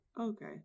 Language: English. Okay